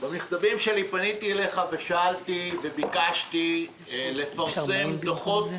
במכתבים שאני פניתי אליך ושאלתי וביקשתי לפרסם דוחות